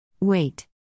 Wait